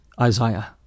Isaiah